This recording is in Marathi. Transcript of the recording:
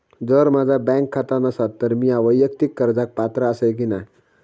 जर माझा बँक खाता नसात तर मीया वैयक्तिक कर्जाक पात्र आसय की नाय?